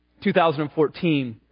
2014